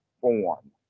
form